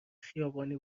خیابانی